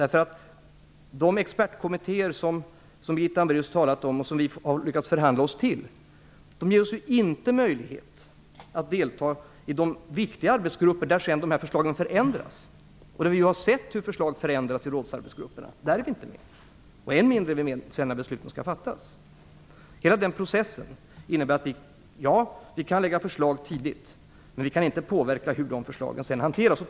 De expertkommittéer som Birgitta Hambraeus har talat om och som vi har lyckats förhandla fram tillträde till ger oss inte möjlighet att delta i de viktiga arbetsgrupper där dessa förslag förändras. Vi har sett hur förslag förändras i rådsarbetsgrupperna. Där är vi inte med. Än mindre är vi med när besluten sedan skall fattas. Hela den processen innebär att vi kan lägga förslag tidigt, men vi kan inte påverka hur de förslagen sedan hanteras.